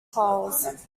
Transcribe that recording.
hulls